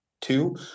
two